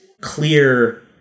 clear